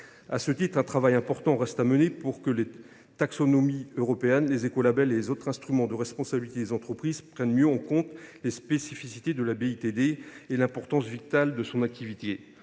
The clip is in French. À ce titre, un important travail reste à mener pour que les taxonomies européennes, les écolabels et autres instruments de responsabilité des entreprises prennent mieux en compte les spécificités de la BITD et l’importance vitale de son activité.